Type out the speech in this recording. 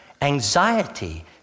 anxiety